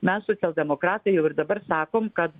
mes socialdemokratai jau ir dabar sakom kad